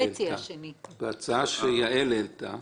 ההצעה שיעל העלתה.